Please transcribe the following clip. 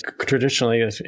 traditionally